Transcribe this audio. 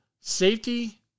safety